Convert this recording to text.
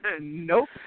Nope